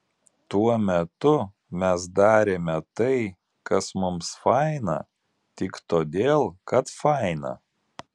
tuo metu mes darėme tai kas mums faina tik todėl kad faina